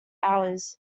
hours